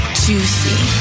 juicy